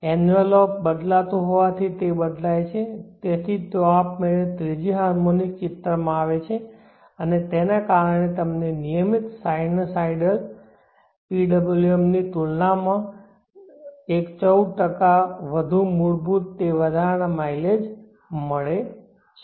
envelope બદલાતો હોવાથી તે બદલાય છે તેથી ત્યાં આપમેળે ત્રીજી હાર્મોનિક ચિત્રમાં આવે છે અને તેના કારણે તમને નિયમિત સાઇનસાઇડલ PWM ની તુલનામાં 14 વધુ મૂળભૂત તે વધારાના માઇલેજ મળે છે